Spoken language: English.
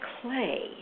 clay